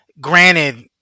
granted